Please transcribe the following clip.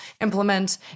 implement